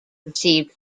received